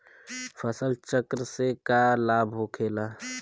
फसल चक्र से का लाभ होखेला?